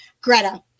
Greta